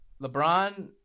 LeBron